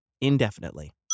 indefinitely